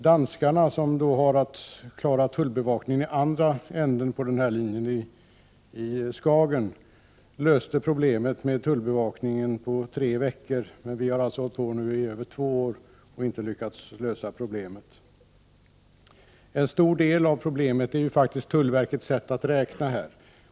Danskarna, som har att klara tullbevakningen i andra änden av linjen, i Skagen, löste problemet med tullbevakningen på tre veckor, men vi har alltså hållit på i mer än två år utan att lyckas lösa det. En stor del av problemet är faktiskt tullverkets sätt att räkna.